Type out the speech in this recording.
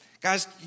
Guys